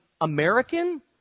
American